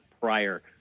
prior